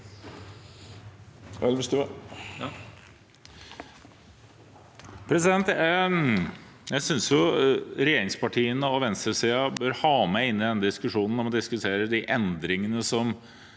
Jeg synes regjerings- partiene og venstresiden bør ha med inn i diskusjonen når man diskuterer de endringene som